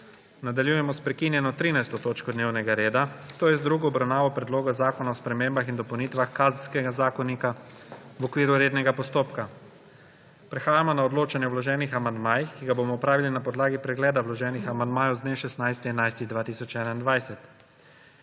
Nadaljujemo s prekinjeno 13. točko dnevnega reda, to je je z drugo obravnavo Predloga zakona o spremembah in dopolnitvah Kazenskega zakonika v okviru rednega postopka. Prehajamo na odločanje o vloženih amandmajih, ki ga bomo opravili na podlagi pregleda vloženih amandmajev z dne 16. november 2021.